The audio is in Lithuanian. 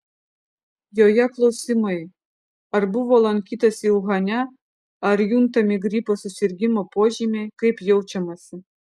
joje klausimai ar buvo lankytasi uhane ar juntami gripo susirgimo požymiai kaip jaučiamasi